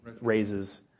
raises